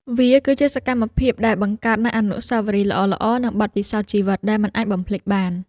វាគឺជាសកម្មភាពដែលបង្កើតនូវអនុស្សាវរីយ៍ល្អៗ និងបទពិសោធន៍ជីវិតដែលមិនអាចបំភ្លេចបាន។